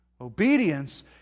Obedience